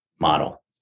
model